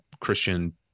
Christian